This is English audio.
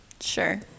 Sure